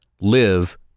Live